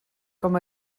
com